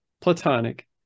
platonic